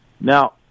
Now